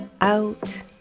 out